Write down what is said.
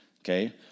Okay